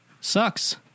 sucks